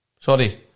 Sorry